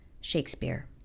Shakespeare